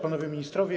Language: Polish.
Panowie Ministrowie!